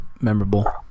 memorable